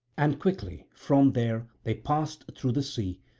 and quickly from there they passed through the sea,